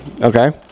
Okay